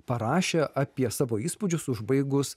parašė apie savo įspūdžius užbaigus